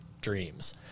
dreams